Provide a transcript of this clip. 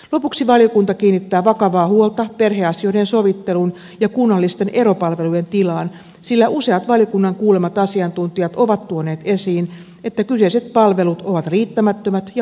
lopuksi valiokunta kiinnittää vakavaa huolta perheasioiden sovitteluun ja kunnallisten eropalveluiden tilaan sillä useat valiokunnan kuulemat asiantuntijat ovat tuoneet esiin että kyseiset palvelut ovat riittämättömät ja puutteelliset